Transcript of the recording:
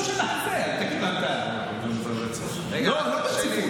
יותר, 15 שנים רק, לא ברציפות.